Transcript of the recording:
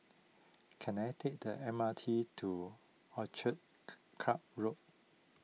can I take the M R T to Orchid Club Road